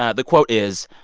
ah the quote is,